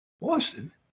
Boston